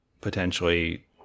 potentially